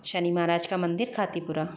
शनि महाराज का मंदिर खातीपुरा